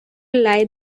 lie